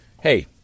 hey